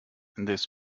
this